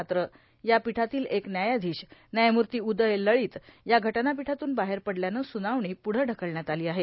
मात्र या पीठातले एक व्यायाधीश व्यायमूर्ती उदय लळित या घटनापीठातून बाहेर पडल्यानं सुनावणी पुढं ढकलण्यात आली आहे